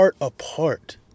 apart